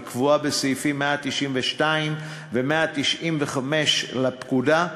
היא קבועה בסעיפים 192 ו-195 לפקודה,